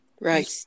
Right